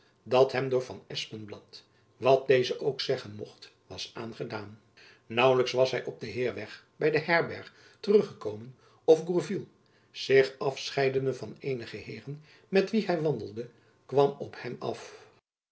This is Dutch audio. dat hem door van espenblad wat deze ook zeggen mocht was aangedaan naauwlijks was hy op den heirweg by de herberg terug gekomen of gourville zich afscheidende van eenige heeren met wie hy wandelde kwam op hem af